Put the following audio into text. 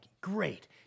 great